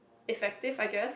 effective I guess